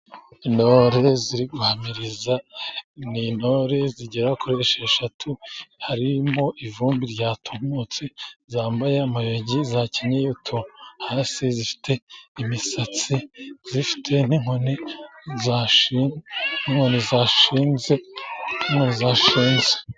Intore ziri guhamiriza ni intore zigera kuri esheshatu, harimo ivumbi ryatumutse, zambaye amayugi zakenyeye inkweto hasi, zifite imisatsi, zifite n'inkoni zashinze.